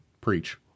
Preach